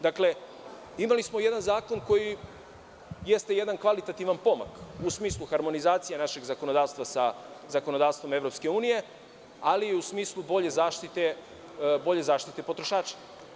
Dakle, imali smo jedan zakon koji jeste jedan kvalitativan pomak u smislu harmonizacije našeg zakonodavstva sa zakonodavstvom EU, ali i u smislu bolje zaštite potrošača.